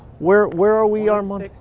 where where are we armand?